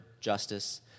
justice